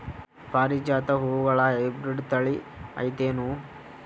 ಪಾರಿಜಾತ ಹೂವುಗಳ ಹೈಬ್ರಿಡ್ ಥಳಿ ಐತೇನು?